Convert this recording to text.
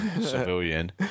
civilian